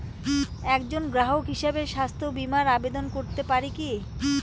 একজন গ্রাহক হিসাবে স্বাস্থ্য বিমার আবেদন করতে পারি কি?